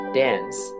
dance